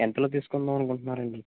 ఎంతలో తీసుకుందామని అనుకుంటున్నారు అండీ